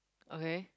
okay